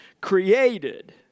created